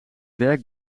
welk